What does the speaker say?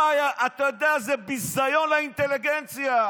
אתה יודע, זה ביזיון לאינטליגנציה.